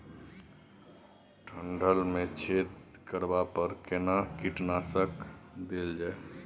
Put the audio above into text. डंठल मे छेद करबा पर केना कीटनासक देल जाय?